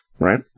right